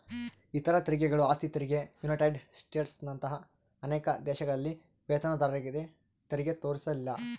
ಇತರ ತೆರಿಗೆಗಳು ಆಸ್ತಿ ತೆರಿಗೆ ಯುನೈಟೆಡ್ ಸ್ಟೇಟ್ಸ್ನಂತ ಅನೇಕ ದೇಶಗಳಲ್ಲಿ ವೇತನದಾರರತೆರಿಗೆ ತೋರಿಸಿಲ್ಲ